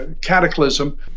cataclysm